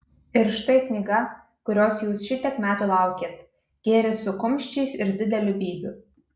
ir štai knyga kurios jūs šitiek metų laukėt gėris su kumščiais ir dideliu bybiu